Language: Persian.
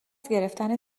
گرفتن